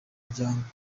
muryango